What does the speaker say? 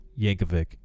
Yankovic